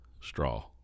straw